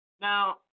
Now